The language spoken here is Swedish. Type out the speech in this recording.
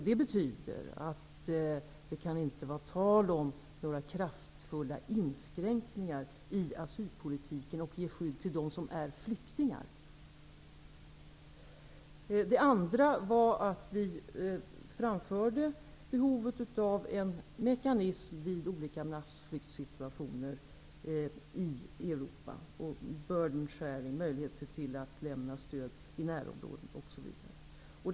Det betyder att det inte kan vara tal om några kraftfulla inskränkningar i asylpolitiken när det gäller att ge skydd åt dem som är flyktingar. För det andra framförde vi behovet av en mekanism vid olika massflyktssituationer i Europa, som ''burden sharing'', möjlighet att lämna stöd till närområden, osv.